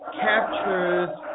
captures